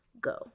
go